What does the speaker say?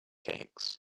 aches